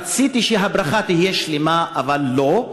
רציתי שהברכה תהיה שלמה, אבל לא.